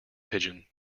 pigeon